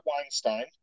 Weinstein